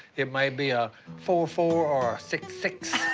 it may be a four-four or a six-six.